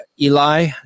Eli